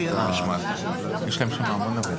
זה המון.